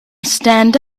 stand